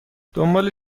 دنبال